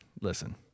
Listen